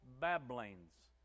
babblings